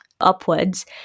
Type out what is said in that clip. upwards